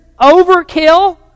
overkill